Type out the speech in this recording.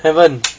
haven't